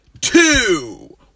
two